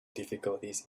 difficulties